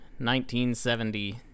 1970